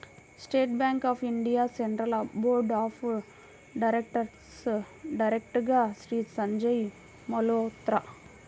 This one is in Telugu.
state Bank of India Central Board of డైరెక్టర్స్లో డైరెక్టర్గా శ్రీ సంజయ్ మల్హోత్రా